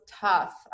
tough